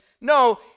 No